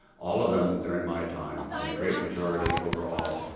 all of them during my time, and the great majority over all,